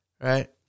right